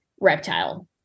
reptile